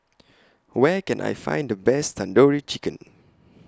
Where Can I Find The Best Tandoori Chicken